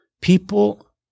people